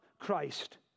Christ